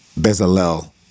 Bezalel